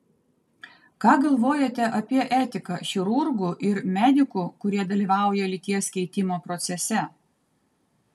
ką galvojate apie etiką chirurgų ir medikų kurie dalyvauja lyties keitimo procese